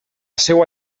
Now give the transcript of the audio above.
seua